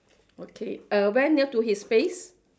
okay err very near to his face